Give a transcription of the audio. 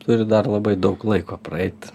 turi dar labai daug laiko praeit